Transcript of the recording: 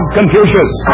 Confucius